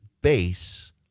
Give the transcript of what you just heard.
base